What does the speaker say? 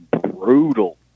brutal